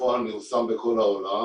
שבפועל מיושם בכל העולם.